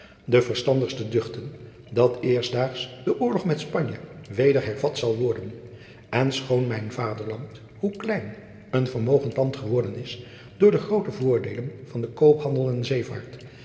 de verstandigsten duchten dat eerstdaags de oorlog met spanje weder hervat zal worden en schoon mijn vaderland hoe klein een vermogend land geworden is door de groote voordeelen van den koophandel en zeevaart